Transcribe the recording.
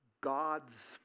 God's